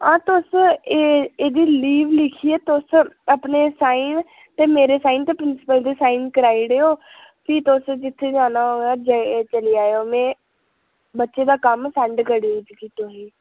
आं तुस एह् एह्दी लीव लिखियै तुस अपने साइन ते मेरे साइन ते प्रींसिपल दे साइन कराई ओड़ेओ फ्ही तुस जित्थै जानै होवै चली जाएओ में बच्चे दा कम्म सैंड करी ओड़गी तुसेंगी